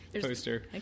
poster